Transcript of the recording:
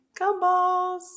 gumballs